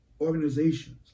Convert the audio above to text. organizations